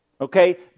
Okay